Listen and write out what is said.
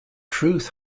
truth